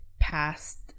past